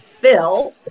Bill